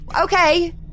okay